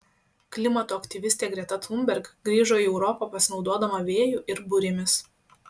klimato aktyvistė greta thunberg grįžo į europą pasinaudodama vėju ir burėmis